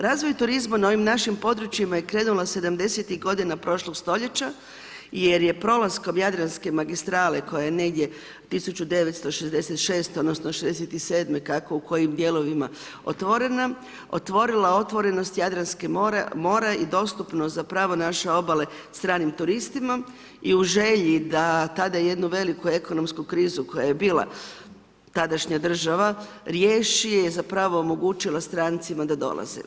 Razvoj turizma na ovim našim područjima je krenula '70. g. prošlog stoljeća, jer je prolaskom Jadranske magistrale, koja je negdje 1966. odnosno, '67. kako u kojim dijelovima otvorena, otvorena otvorenost Jadranskog mora i dostupno za pravo naše obale stranim turistima i u želji da tada jednu veliku ekonomsku krizu koja je bila, tadašnja država, riješi je zapravo omogućila strancima da dolaze.